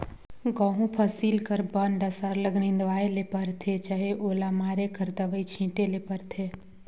गहूँ फसिल कर बन ल सरलग निंदवाए ले परथे चहे ओला मारे कर दवई छींचे ले परथे